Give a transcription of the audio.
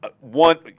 one